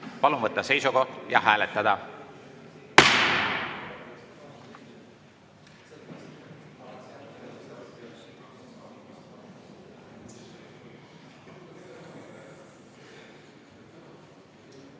Palun võtta seisukoht ja hääletada!